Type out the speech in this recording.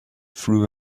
through